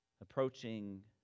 Approaching